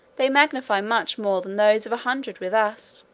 they magnify much more than those of a hundred with us,